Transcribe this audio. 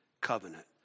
covenant